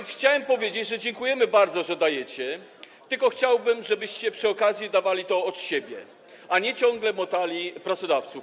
Chciałem powiedzieć, że dziękujemy bardzo, że dajecie, tylko chciałbym, żebyście przy okazji dawali to od siebie, a nie ciągle motali pracodawców.